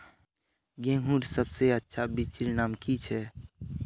गेहूँर सबसे अच्छा बिच्चीर नाम की छे?